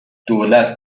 دولت